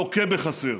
לוקה בחסר.